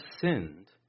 sinned